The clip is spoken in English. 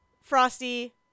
Frosty